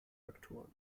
faktoren